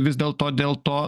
vis dėlto dėl to